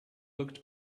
looked